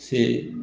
ସେ